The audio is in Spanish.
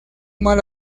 mal